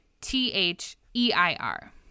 T-H-E-I-R